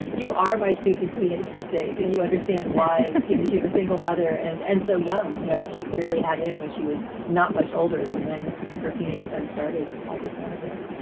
you are my stupid teenage mistake and you understand why she's a single mother as and so young. you know that she clearly had him when she was not much older than when her teenage son started all this nonsense